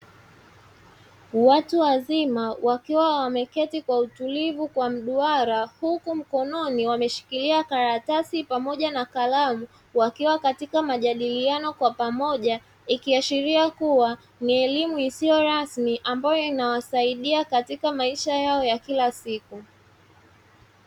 Watu wazima wakiwa wameketi kwa utlivu kwa mduara, huku mkononi wameshikilia karatasi pamoja na kalamu wakiwa katika majadiliano kwa pamoja, ikiashiria kuwa ni elimu isiyo rasmi ambayo inawasaidia katika maisha yao ya kila siku.